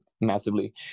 massively